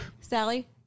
sally